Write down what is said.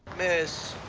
miss.